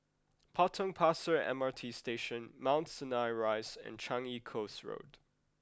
Potong Pasir M R T Station Mount Sinai Rise and Changi Coast Road